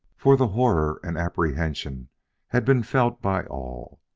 for the horror and apprehension had been felt by all.